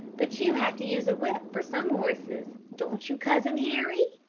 but you have to use a whip for some horses, don't you, cousin harry?